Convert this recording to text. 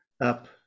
up